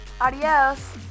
adios